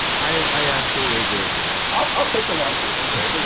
i absolutely agree with you there i'll i'll take the lawsuit. okay. because